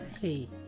Hey